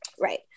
right